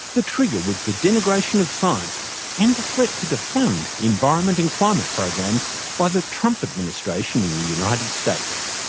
the trigger was the denigration of science and the threat to defund environment and climate programs by the trump administration in the united states.